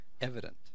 evident